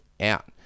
out